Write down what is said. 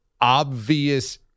obvious